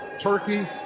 turkey